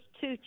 two